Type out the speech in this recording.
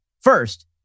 first